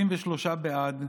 33 בעד,